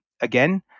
again